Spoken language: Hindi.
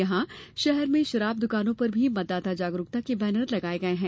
यहां शहर में शराब दुकानों पर भी मतदाता जागरूकता के बैनर लगाये गये हैं